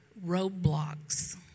roadblocks